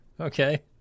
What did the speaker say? Okay